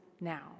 now